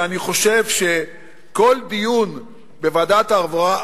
ואני חושב שכל דיון בוועדת העבודה,